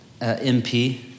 MP